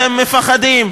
אתם מפחדים.